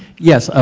yes. ah